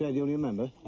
ah union member?